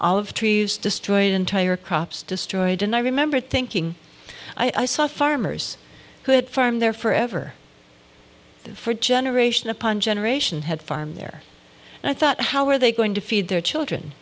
olive trees destroyed entire crops destroyed and i remember thinking i saw farmers who had farm there forever for generation upon generation had farm there and i thought how are they going to feed their children